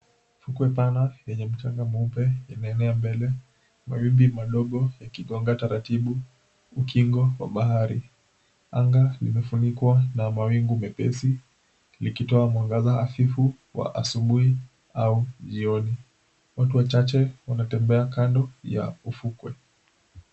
Fukwe pana yenye mchanga mweupe imeenea mbele, mawimbi madogo yakigonga taratibu ukingo wa bahari. Anga limefunikwa na mawingu mepesi, likitoa mwangaza hafifu wa asubuhi au jioni. Watu wachache wanatembea kando ya ufukwe.